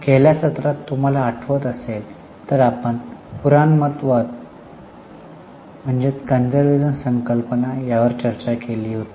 गेल्या सत्रात तुम्हाला आठवत असेल तर आपण पुराणमतवादी संकल्पना यावर चर्चा सुरु केली होती